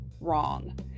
wrong